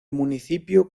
municipio